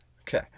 Okay